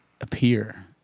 appear